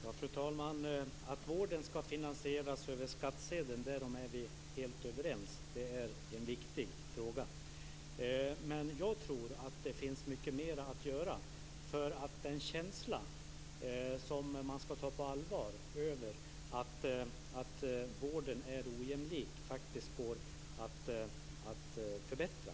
Fru talman! Att vården skall finansieras över skattsedeln är vi helt överens om. Det är en viktig fråga. Men jag tror att det finns mycket mer att göra. En känsla som skall tas på allvar är den att vården är ojämlik men det går faktiskt att åstadkomma en förbättring.